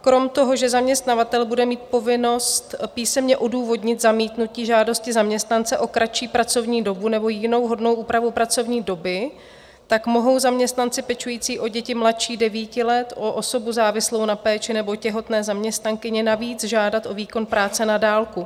Kromě toho, že zaměstnavatel bude mít povinnost písemně odůvodnit zamítnutí žádosti zaměstnance o kratší pracovní dobu nebo jinou vhodnou úpravu pracovní doby, mohou zaměstnanci, pečující o děti mladší 9 let, o osobu závislou na péči nebo těhotné zaměstnankyně navíc žádat o výkon práce na dálku.